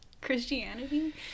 Christianity